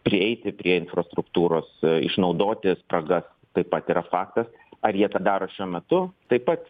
prieiti prie infrastruktūros išnaudoti spragas taip pat yra faktas ar jie tą daro šiuo metu taip pat